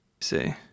See